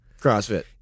CrossFit